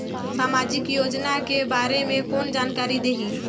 समाजिक योजना के बारे मे कोन जानकारी देही?